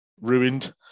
ruined